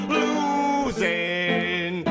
losing